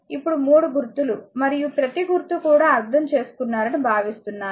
ఇప్పుడు 3 గుర్తులు మరియు ప్రతి గుర్తు కూడా అర్థం చేసుకున్నారని భావిస్తున్నాను